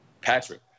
Patrick